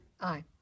aye